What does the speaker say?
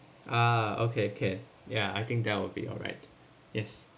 ah okay okay ya I think that will be all right yes